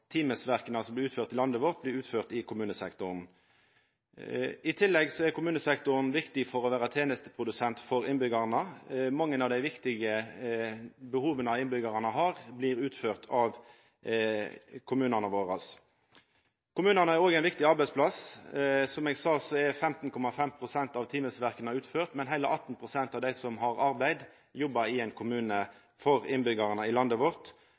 timeverka som blir utførte i landet vårt, blir utførte i kommunesektoren. I tillegg er kommunesektoren viktig som tenesteprodusent for innbyggjarane. Mange av dei viktige behova innbyggjarane har, blir dekka av kommunane våre. Kommunane er òg ein viktig arbeidsplass. Som eg sa blir 15,5 pst. av timeverka utførte der, men heile 18 pst. av dei som har arbeid, jobbar i ein kommune for innbyggjarane i landet vårt.